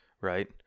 right